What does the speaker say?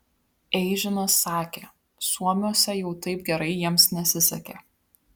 eižinas sakė suomiuose jau taip gerai jiems nesisekė